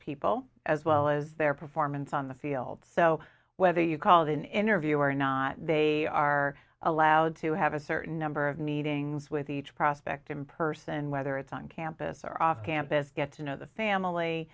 people as well as their performance on the field so whether you call it an interview or not they are allowed to have a certain number of meetings with each prospect in person whether it's on campus or off campus get to know the family